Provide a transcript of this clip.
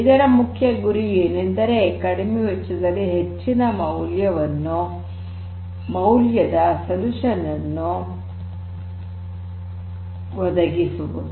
ಇದರ ಮುಖ್ಯ ಗುರಿಯು ಏನೆಂದರೆ ಕಡಿಮೆ ವೆಚ್ಚದಲ್ಲಿ ಹೆಚ್ಚಿನ ಮೌಲ್ಯದ ಪರಿಹಾರಗಳನ್ನು ಒದಗಿಸುವುದು